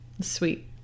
Sweet